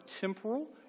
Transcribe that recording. temporal